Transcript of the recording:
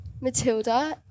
Matilda